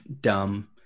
dumb